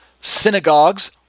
synagogues